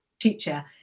teacher